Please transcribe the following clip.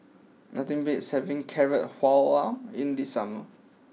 nothing beats having Carrot Halwa in the summer